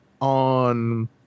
on